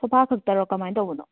sofa ꯈꯛꯇꯔꯣ ꯀꯃꯥꯏꯅ ꯇꯧꯕꯅꯣ